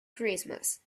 christmas